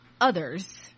others